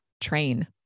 train